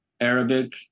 Arabic